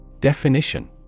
Definition